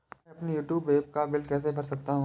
मैं अपने ट्यूबवेल का बिल कैसे भर सकता हूँ?